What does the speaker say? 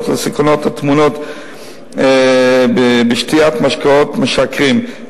לסכנות הטמונות בשתיית משקאות משכרים.